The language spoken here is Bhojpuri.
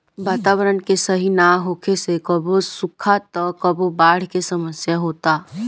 वातावरण के सही ना होखे से कबो सुखा त कबो बाढ़ के समस्या होता